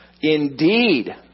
indeed